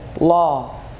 law